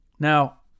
Now